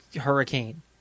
hurricane